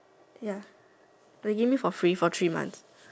ya they give me for free for three months